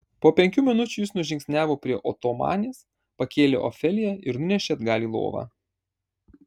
po penkių minučių jis nužingsniavo prie otomanės pakėlė ofeliją ir nunešė atgal į lovą